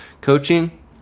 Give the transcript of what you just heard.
coaching